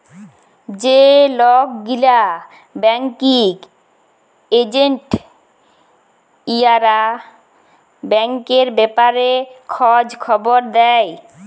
যে লক গিলা ব্যাংকিং এজেল্ট উয়ারা ব্যাংকের ব্যাপারে খঁজ খবর দেই